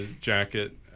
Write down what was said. jacket